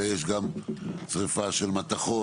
אלא יש גם שריפה של מתכות,